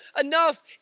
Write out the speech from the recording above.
enough